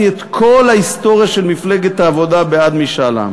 את כל ההיסטוריה של מפלגת העבודה בעד משאל עם.